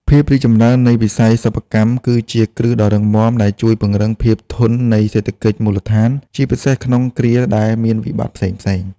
ភាពរីកចម្រើននៃវិស័យសិប្បកម្មគឺជាគ្រឹះដ៏រឹងមាំ ដែលជួយពង្រឹងភាពធន់នៃសេដ្ឋកិច្ចមូលដ្ឋាន ជាពិសេសក្នុងគ្រាដែលមានវិបត្តិផ្សេងៗ។